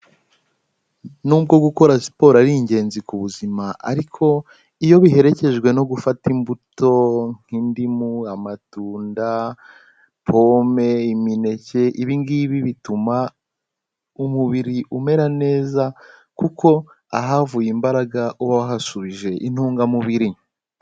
Nubwo gukora siporo ari ingenzi ku buzima ariko iyo biherekejwe no gufata imbuto nk'indimu, amatunda, pome, imineke, ibi ngibi bituma umubiri umera neza kuko ahavuye imbaraga uba wahasubije intungamubiri.